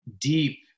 Deep